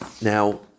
Now